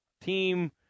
team